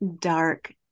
dark